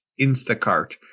Instacart